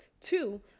Two